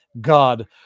God